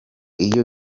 iyo